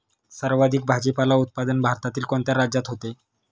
सर्वाधिक भाजीपाला उत्पादन भारतातील कोणत्या राज्यात होते?